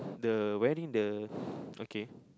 the wearing the okay